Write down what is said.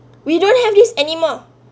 we don't have this anymore